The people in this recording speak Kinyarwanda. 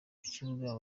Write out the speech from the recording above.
kibuga